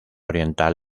oriental